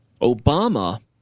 Obama